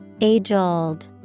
Age-old